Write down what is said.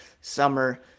summer